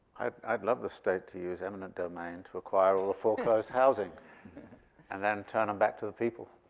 i'd love the state to use eminent domain to acquire all the foreclosed housing and then turn em back to the people.